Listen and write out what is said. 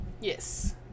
Yes